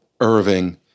Irving